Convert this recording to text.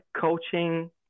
coaching